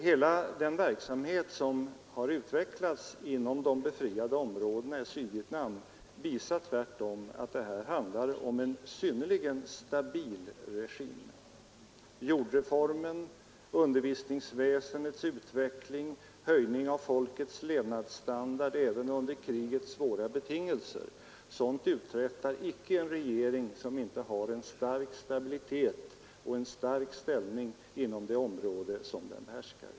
Hela den verksamhet som har utvecklats inom de befriade områdena i Sydvietnam visar tvärtom att det handlar om en synnerligen stabil regim. Jordreformen, undervisningsväsendets utveckling, höjningen av folkets levnadsstandard även under krigets svåra betingelser — sådant uträttar inte en regering som inte har stor stabilitet och en stark ställning i det område den behärskar.